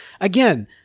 again